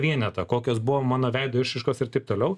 vienetą kokios buvo mano veido išraiškos ir taip toliau